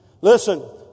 Listen